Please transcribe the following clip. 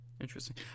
Interesting